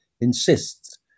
insists